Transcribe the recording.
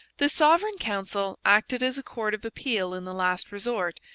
the sovereign council acted as a court of appeal in the last resort,